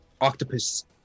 octopus